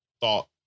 thought